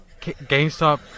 GameStop